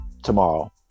Tomorrow